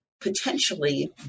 potentially